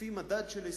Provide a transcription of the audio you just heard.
לפי מדד של הישגים: